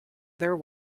their